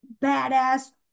badass